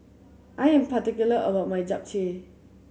I am particular about my Japchae